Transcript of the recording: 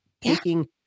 taking